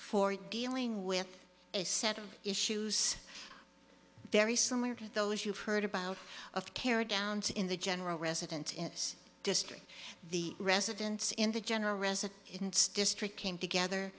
for dealing with a set of issues very similar to those you've heard about of care downs in the general residence in district the residents in the general resit district came together